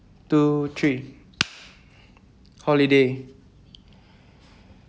two three holiday